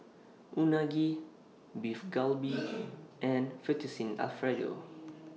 Unagi Beef Galbi and Fettuccine Alfredo